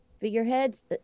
figureheads